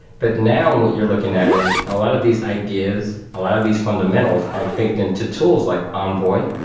but now what you're looking at is a lot of these ideas, a lot of these fundamentals are baked into tools like envoy,